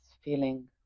feeling